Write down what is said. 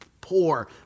poor